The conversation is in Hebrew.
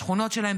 בשכונות שלהם,